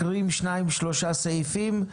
מקריאים שניים-שלושה סעיפים,